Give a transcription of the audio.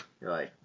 right